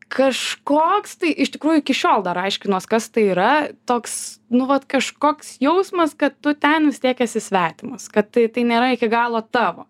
kažkoks tai iš tikrųjų iki šiol dar aiškinuos kas tai yra toks nu vat kažkoks jausmas kad tu ten vis tiek esi svetimas kad tai tai nėra iki galo tavo